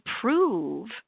prove